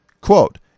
Quote